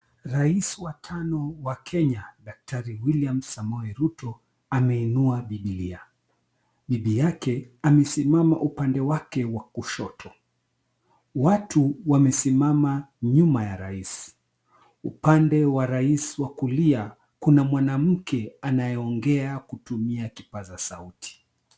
Rais wa tano wa Kenya Daktari William Samoei Ruto ameinua bibilia. Bibi yake amesimama upande wake wa kushoto. Watu wamesimama nyuma ya rais. Upande wa rais wa kulia kuna mwanamke anayeongea kutumia kipaza sauti.